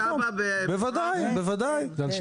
מיצר יש תב"ע, ויש